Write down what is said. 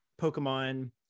pokemon